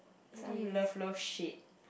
some love love shape